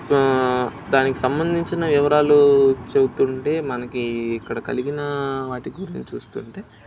దానికి సంబంధించిన వివరాలు చెప్తుంటే మనకి ఇక్కడ కలిగిన వాటి గురించి చూస్తుంటే